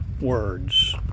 words